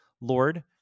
Lord